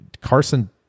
carson